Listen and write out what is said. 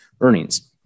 earnings